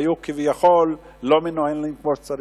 היו כביכול לא מנוהלים כמו שצריך.